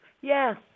Yes